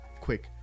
quick